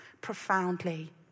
profoundly